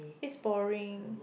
it's boring